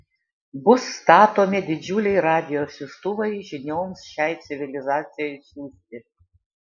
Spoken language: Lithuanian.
bus statomi didžiuliai radijo siųstuvai žinioms šiai civilizacijai siųsti